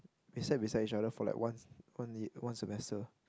we sat beside each other for like one one y~ one semester